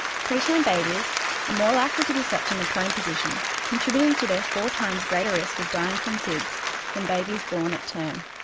preterm babies are more likely to be slept in a prone position, contributing to their four times greater risk of dying from sids than babies born at term.